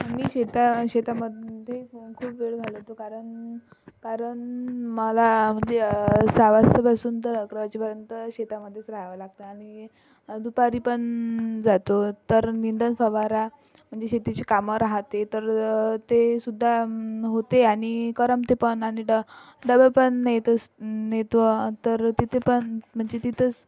आम्ही शेता शेतामध्ये खूप वेळ घालवतो कारण कारण मला म्हणजे सहा वाजता पासून ते अकरा वाजेपर्यंत शेतामध्येच रहावं लागतं आणि दुपारी पण जातो तर निंदन फवारा म्हणजे शेतीची काम राहते तर ते सुद्धा होते आणि करमते पण आणि डा डबे पण नेत आस नेतो तर तिथे पण म्हणजे तिथंच